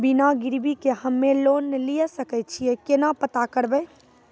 बिना गिरवी के हम्मय लोन लिये सके छियै केना पता करबै?